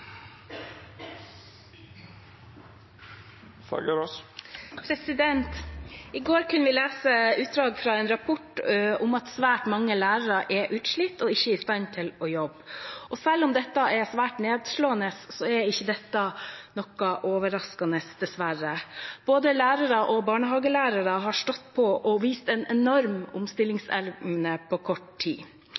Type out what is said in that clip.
I går kunne vi lese utdrag fra en rapport om at svært mange lærere er utslitt og ikke er i stand til å jobbe. Selv om dette er svært nedslående, er det ikke noe overraskende – dessverre. Både lærere og barnehagelærere har stått på og vist en enorm omstillingsevne på kort tid.